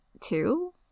two